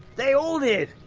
they all did!